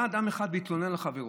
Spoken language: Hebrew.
בא אדם אחד והתלונן על חברו.